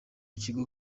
kigo